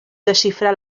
desxifrar